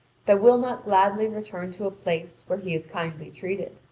that will not gladly return to a place where he is kindly treated.